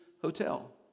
hotel